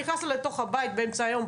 נכנס לה לתוך הבית באמצע יום,